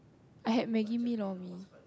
I had maggi mee lor-mee